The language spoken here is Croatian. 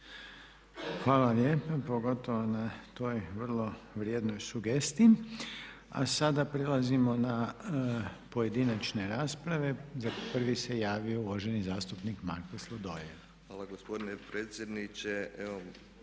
Hvala lijepo pogotovo na toj vrlo vrijednoj sugestiji. A sada prelazimo na pojedinačne rasprave. Prvi se javio uvaženi zastupnik Marko Sladoljev. **Sladoljev,